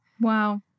Wow